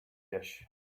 dish